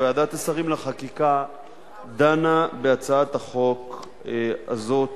ועדת השרים לחקיקה דנה בהצעת החוק הזאת